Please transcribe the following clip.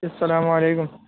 السلام علیکم